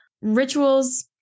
Rituals